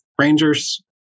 Rangers